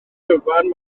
gyfan